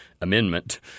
amendment